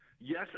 Yes